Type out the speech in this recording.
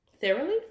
thoroughly